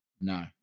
No